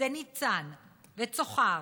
שדה ניצן וצוחר.